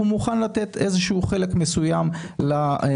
הוא מוכן לתת איזשהו חלק מסוים למנהל,